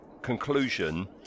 Conclusion